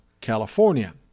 California